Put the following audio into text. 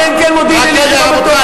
אלא אם כן מודיעין-עילית היא לא בתוך.